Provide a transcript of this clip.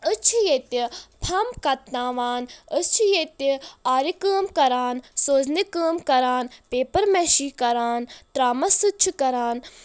أسۍ چھ ییٚتہِ پھمب کتناوان أسۍ چھ ییٚتہِ آرِ کأم کران سوزنہِ کأم کران پیپر مأشی کران ترٛامس سۭتۍ چھ کران